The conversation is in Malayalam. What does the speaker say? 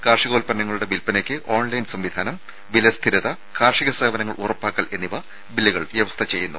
കാർഷികോല്പ്പന്നങ്ങളുടെ വിൽപനക്ക് ഓൺലൈൻ സംവിധാനം വില സ്ഥിരത കാർഷിക സേവനങ്ങൾ ഉറപ്പാക്കൽ എന്നിവ ബില്ലുകൾ വ്യവസ്ഥ ചെയ്യുന്നു